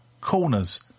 Corners